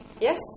Yes